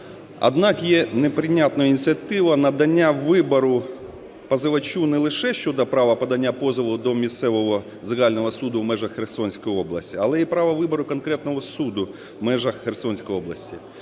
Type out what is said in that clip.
Однак є неприйнятною ініціатива надання вибору позивачу не лише щодо права подання позову до місцевого загального суду в межах Херсонської області, але й права вибору конкретного суду в межах Херсонської області.